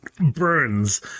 burns